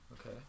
Okay